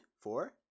four